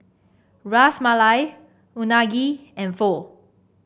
Ras Malai Unagi and Pho